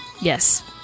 Yes